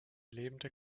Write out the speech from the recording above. lebende